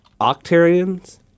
Octarians